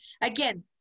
again